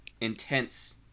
intense